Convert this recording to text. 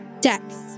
Dex